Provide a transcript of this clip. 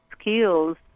skills